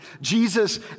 jesus